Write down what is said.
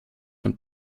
von